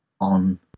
on